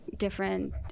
different